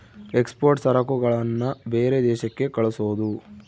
export ಸರಕುಗಳನ್ನ ಬೇರೆ ದೇಶಕ್ಕೆ ಕಳ್ಸೋದು